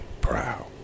proud